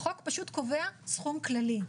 החוק פשוט קובע סכום כללי.